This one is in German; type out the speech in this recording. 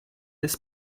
des